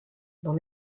dans